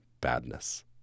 badness